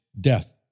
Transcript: death